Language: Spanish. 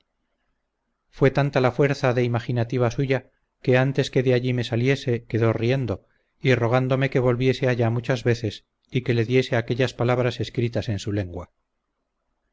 fue tanta la fuerza de imaginativa suya que antes que de allí me saliese quedó riendo y rogándome que volviese allá muchas veces y que le diese aquellas palabras escritas en su lengua